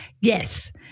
Yes